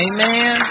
Amen